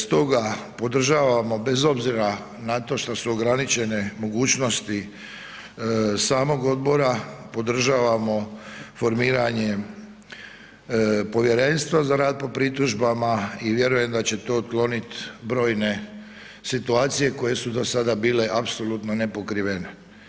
Stoga, podržavamo bez obzira na to što su ograničene mogućosti samog odbora, podržavamo formiranje povjerenstava za rad po pritužbama i vjerujem da će to otklonit brojne situacije koje su do sada bile apsolutno nepokrivene.